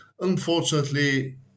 Unfortunately